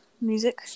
Music